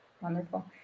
Wonderful